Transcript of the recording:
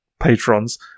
patrons